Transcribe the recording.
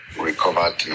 recovered